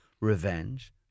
Revenge